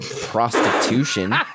Prostitution